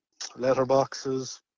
Letterboxes